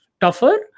tougher